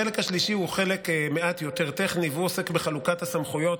החלק השלישי הוא חלק מעט יותר טכני והוא עוסק בחלוקת הסמכויות